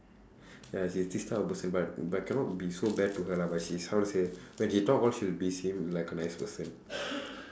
ya she's this type of person but but cannot be so bad to her lah but she's how to say when she talk all she would be seem like a nice person